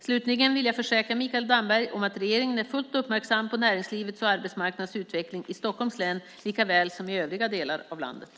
Slutligen vill jag försäkra Mikael Damberg om att regeringen är fullt uppmärksam på näringslivets och arbetsmarknadens utveckling i Stockholms län likväl som i övriga delar av landet.